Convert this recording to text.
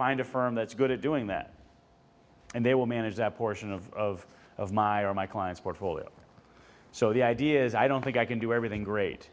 find a firm that's good at doing that and they will manage that portion of of my or my client's portfolio so the idea is i don't think i can do everything great